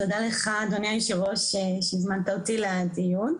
תודה לך אדוני היושב ראש שהזמנת אותי לדיון,